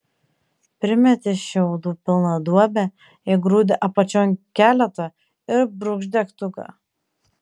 primeti šiaudų pilną duobę įgrūdi apačion keletą ir brūkšt degtuką